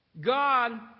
God